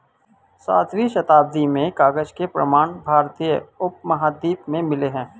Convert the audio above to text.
सातवीं शताब्दी में कागज के प्रमाण भारतीय उपमहाद्वीप में मिले हैं